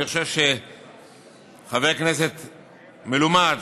אני חושב שחבר כנסת מלומד,